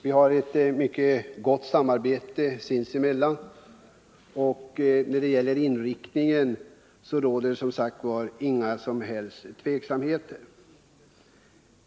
Vi har ett mycket gott samarbete, och när det gäller inriktningen råder det som sagt inga som helst motsättningar mellan oss.